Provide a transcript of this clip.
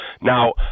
Now